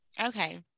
Okay